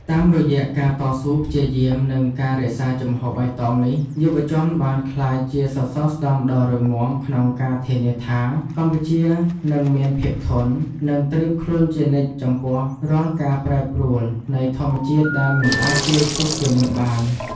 តាមរយៈការតស៊ូព្យាយាម និងការរក្សាជំហរបៃតងនេះ យុវជនបានក្លាយជាសសរស្តម្ភដ៏រឹងមាំក្នុងការធានាថា កម្ពុជានឹងមានភាពធន់ និងត្រៀមខ្លួនជានិច្ចចំពោះរាល់ការប្រែប្រួលនៃធម្មជាតិដែលមិនអាចទាយទុកជាមុនបាន។